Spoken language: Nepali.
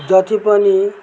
जति पनि